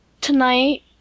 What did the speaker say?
tonight